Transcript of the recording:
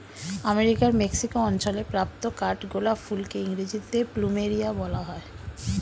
আমেরিকার মেক্সিকো অঞ্চলে প্রাপ্ত কাঠগোলাপ ফুলকে ইংরেজিতে প্লুমেরিয়া বলা হয়